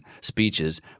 speeches